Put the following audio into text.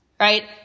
Right